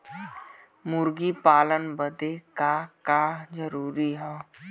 मुर्गी पालन बदे का का जरूरी ह?